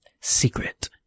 Secret